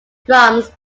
drums